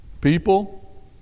people